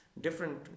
different